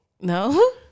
No